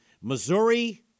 Missouri